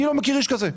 אני לא מכיר איש כזה.